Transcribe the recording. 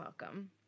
welcome